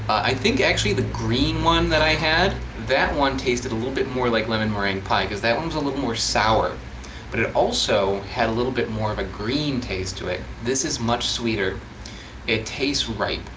i think actually the green one that i had, that one tasted a little bit more like lemon meringue pie because that one's a little more sour but it also had a little bit more of a green taste to it. this is much sweeter it tastes ripe.